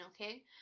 okay